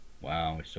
Wow